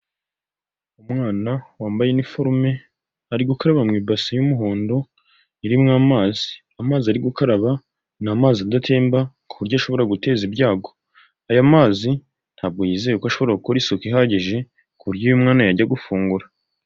Umwana wambaye iniforume ari gukaraba mu ibasi y'umuhondo irimo amazi, amazi ari gukaraba ni amazi adatemba kuburyo ashobora guteza ibyago, aya mazi ntabwo yizeye ko ashobora gukora isuka ihagije ku buryo uyu mwana yajya gufungura.